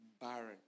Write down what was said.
barren